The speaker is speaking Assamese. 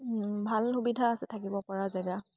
ভাল সুবিধা আছে থাকিব পৰা জেগা